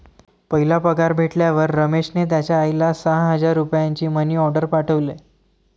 पहिला पगार भेटल्यावर रमेशने त्याचा आईला सहा हजार रुपयांचा मनी ओर्डेर पाठवले